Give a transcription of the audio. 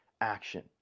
action